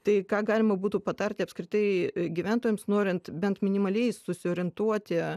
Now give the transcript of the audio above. tai ką galima būtų patarti apskritai gyventojams norint bent minimaliai susiorientuoti